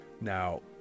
Now